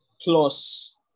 plus